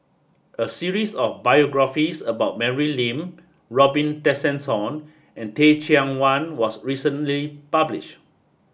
a series of biographies about Mary Lim Robin Tessensohn and Teh Cheang Wan was recently publish